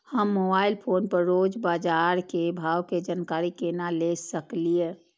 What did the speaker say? हम mobile phone पर रोज बाजार के भाव के जानकारी केना ले सकलिये?